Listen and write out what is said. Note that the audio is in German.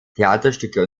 theaterstücke